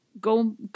go